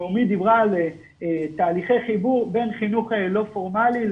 נעמי דיברה על תהליכי חיבור בין חינוך לא פורמלי,